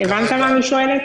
הבנתי.